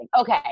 Okay